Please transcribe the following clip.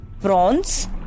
Prawns